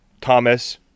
Thomas